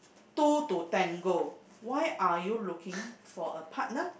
two to tango why are you looking for a partner